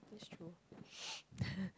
that's true